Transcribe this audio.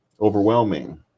overwhelming